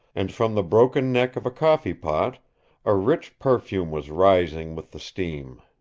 and from the broken neck of a coffee pot a rich perfume was rising with the steam.